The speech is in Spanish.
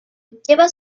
lleva